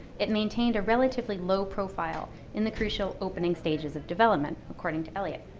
it maintained a relatively low profile in the crucial opening stages of development, according to elliott.